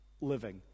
living